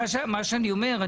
מה שאני אומר,